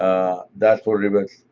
that's for rivets.